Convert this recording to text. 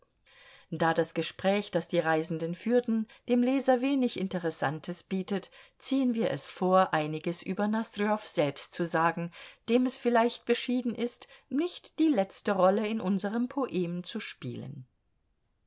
da das gespräch das die reisenden führten dem leser wenig interessantes bietet ziehen wir es vor einiges über nosdrjow selbst zu sagen dem es vielleicht beschieden ist nicht die letzte rolle in unserem poem zu spielen